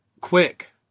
quick